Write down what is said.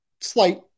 slight